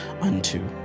unto